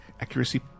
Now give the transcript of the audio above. accuracy